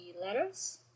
letters